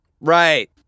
Right